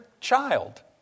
child